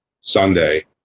Sunday